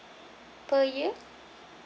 per year